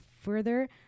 further